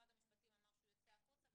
משרד המשפטים אמר שהוא יוצא החוצה,